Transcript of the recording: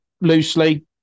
loosely